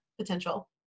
potential